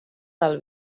del